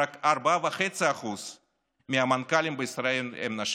רק 4.5% מהמנכ"לים בישראל הם נשים.